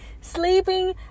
sleeping